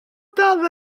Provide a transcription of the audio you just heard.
tarde